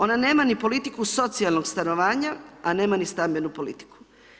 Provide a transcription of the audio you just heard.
Ona nema ni politiku socijalnog stanovanja a nema ni stambenu politiku.